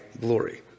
glory